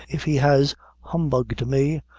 if he has humbugged me,